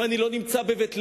אם אני לא נמצא בבית-לחם,